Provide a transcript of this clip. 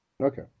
Okay